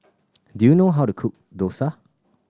do you know how to cook dosa